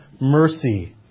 mercy